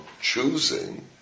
choosing